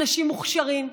אנשים מוכשרים,